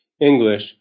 English